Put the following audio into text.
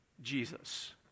Jesus